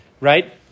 right